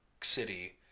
city